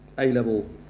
A-level